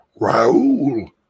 Raul